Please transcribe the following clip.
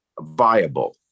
viable